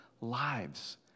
lives